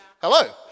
Hello